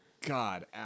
God